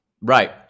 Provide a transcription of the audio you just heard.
Right